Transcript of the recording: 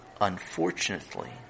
Unfortunately